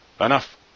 enough